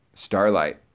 Starlight